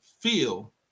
feel